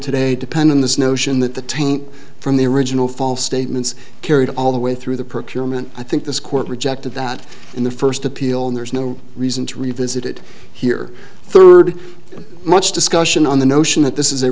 today depend on this notion that the taint from the original false statements carried all the way through the procurement i think this court rejected that in the first appeal and there's no reason to revisit it here third much discussion on the notion that this is